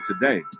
today